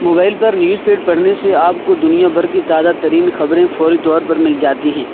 mobile پر news feed پڑھنے سے آپ کو دنیا بھر کی تازہ ترین خبریں فوری طور پر مل جاتی ہیں